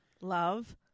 Love